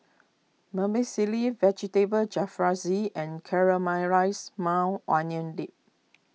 Vermicelli Vegetable Jalfrezi and Caramelized Maui Onion Dip